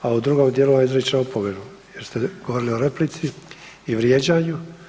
A u drugom dijelu vam izričem opomenu, jer ste govorili o replici i vrijeđanju.